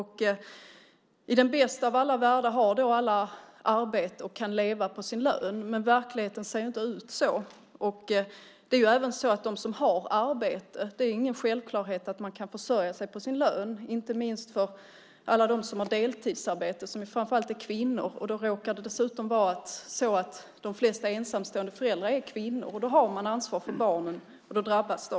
I den bästa av alla världar har alla arbete och kan leva på sin lön. Men verkligheten ser inte ut så. Även för dem som har arbete är det ingen självklarhet att man kan försörja sig på sin lön. Det gäller inte minst alla de som har deltidsarbete som framför allt är kvinnor. Det råkar dessutom vara så att de flesta ensamstående föräldrar är kvinnor. Då har man ansvar för barnen. Då drabbas de.